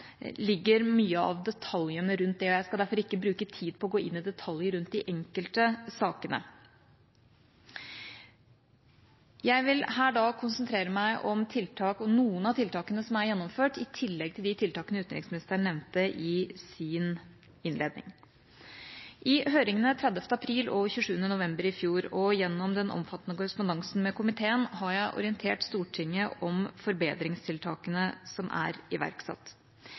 ligger mye av detaljene rundt det. Jeg skal derfor ikke bruke tid på å gå inn i detaljer rundt de enkelte sakene. Jeg vil her konsentrere meg om noen av tiltakene som er gjennomført, i tillegg til de tiltakene utenriksministeren nevnte i sin innledning. I høringene 30. april og 27. november i fjor og gjennom den omfattende korrespondansen med komiteen har jeg orientert Stortinget om forbedringstiltakene som er iverksatt.